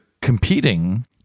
competing